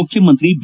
ಮುಖ್ಯಮಂತ್ರಿ ಬಿ